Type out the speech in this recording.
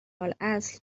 الاصل